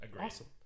awesome